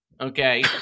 Okay